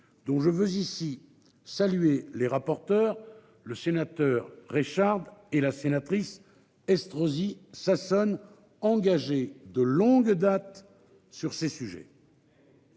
dont je veux ici saluer les rapporteurs, le sénateur Richard et la sénatrice Estrosi Sassone engagé de longue date sur ces sujets.